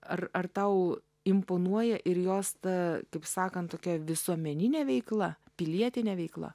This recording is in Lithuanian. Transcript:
ar ar tau imponuoja ir jos ta kaip sakant tokia visuomeninė veikla pilietinė veikla